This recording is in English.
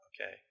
okay